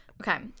Okay